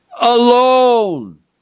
alone